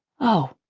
oh.